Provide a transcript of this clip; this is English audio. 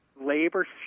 labor